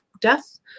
death